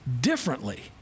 differently